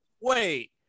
wait